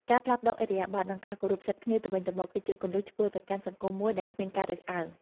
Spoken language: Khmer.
ការផ្លាស់ប្ដូរឥរិយាបថ និងការគោរពសិទ្ធិគ្នាទៅវិញទៅមក គឺជាគន្លឹះឆ្ពោះទៅកាន់សង្គមមួយដែលគ្មានការរើសអើង។